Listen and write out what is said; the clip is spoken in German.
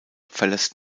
verlässt